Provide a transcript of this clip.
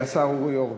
השר אורי אורבך.